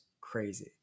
crazy